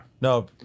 No